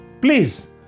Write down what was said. Please